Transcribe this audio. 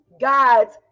God's